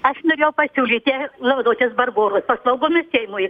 aš norėjau pasiūlyti naudotis barboros paslaugomis seimui